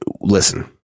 Listen